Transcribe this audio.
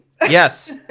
Yes